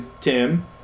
Tim